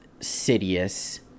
Sidious